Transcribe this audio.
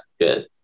good